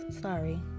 Sorry